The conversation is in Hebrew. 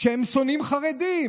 שהם שונאים חרדים,